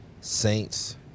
Saints